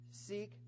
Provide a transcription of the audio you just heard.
seek